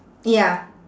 ya